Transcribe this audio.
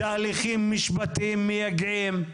תהליכים משפטיים מיגעים.